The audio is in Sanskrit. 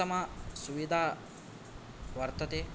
उत्तम सुविधा वर्तते